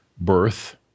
birth